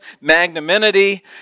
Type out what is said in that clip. magnanimity